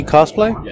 Cosplay